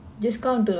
okay